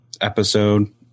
episode